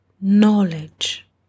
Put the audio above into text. knowledge